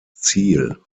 ziel